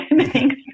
Thanks